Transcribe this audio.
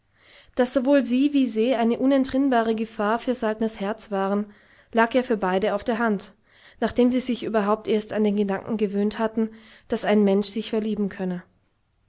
daß sowohl sie wie se eine unentrinnbare gefahr für saltners herz waren lag ja für beide auf der hand nachdem sie sich überhaupt erst an den gedanken gewöhnt hatten daß ein mensch sich verlieben könne